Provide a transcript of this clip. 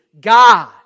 God